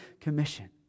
commission